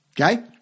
okay